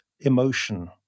emotion